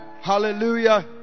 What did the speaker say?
hallelujah